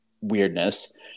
weirdness